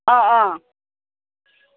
অঁ অঁ